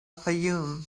fayoum